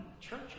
church